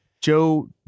Joe